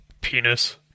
Penis